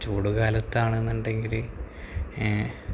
ചൂട് കാലത്താണെന്നുണ്ടെങ്കില്